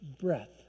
breath